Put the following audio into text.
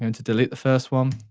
and to delete the first one,